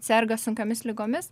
serga sunkiomis ligomis